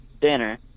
dinner